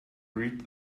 read